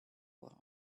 world